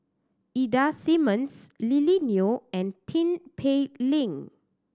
Ida Simmons Lily Neo and Tin Pei Ling